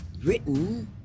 written